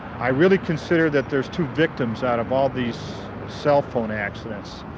i really consider that there's two victims out of all these cellphone accidents.